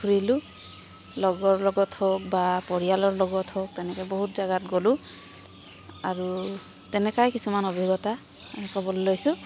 ঘূৰিলোঁ লগৰ লগত হওক বা পৰিয়ালৰ লগত হওক তেনেকৈ বহুত জেগাত গ'লোঁ আৰু তেনেকৈয়ে কিছুমান অভিজ্ঞতা ক'বলৈ লৈছোঁ